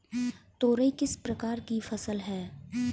तोरई किस प्रकार की फसल है?